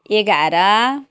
एघार